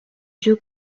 jeu